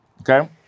Okay